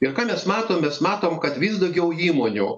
ir ką mes matom mes matom kad vis daugiau įmonių